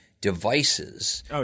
devices